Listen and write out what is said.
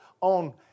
on